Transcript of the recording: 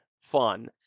fun